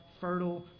fertile